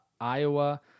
iowa